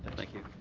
thank you.